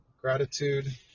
gratitude